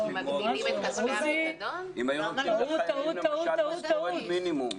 אם היו נותנים לחיילים סכומי מינימום.